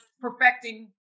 perfecting